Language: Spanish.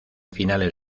finales